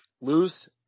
lose